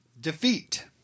defeat